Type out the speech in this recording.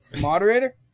moderator